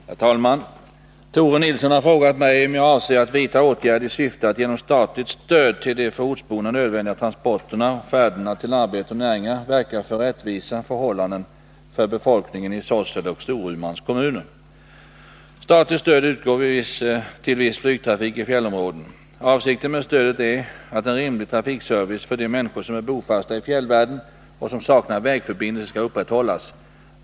Herr talman! Tore Nilsson har frågat mig om jag avser att vidta åtgärder i syfte att genom statligt stöd till de för ortsborna nödvändiga transporterna och färderna till arbete och näringar verka för rättvisa förhållanden för befolkningen i Sorsele och Storumans kommuner. Statligt stöd utgår till viss flygtrafik i fjällområden. Avsikten med stödet är att en rimlig trafikservice för de människor som är bofasta i fjällvärlden och som saknar vägförbindelser skall upprätthållas.